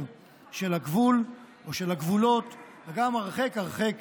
של הגבול או של הגבולות וגם הרחק הרחק